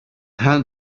hunt